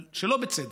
שלא בצדק.